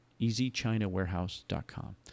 EasyChinaWarehouse.com